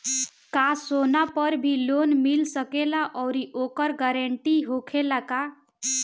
का सोना पर भी लोन मिल सकेला आउरी ओकर गारेंटी होखेला का?